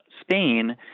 Spain